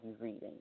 reading